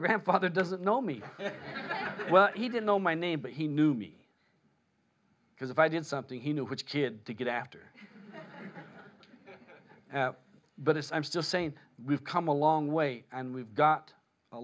grandfather doesn't know me well he didn't know my name but he knew me because if i did something he knew which kid to get after but it's i'm just saying we've come a long way and we've got a